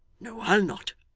no, i'll not.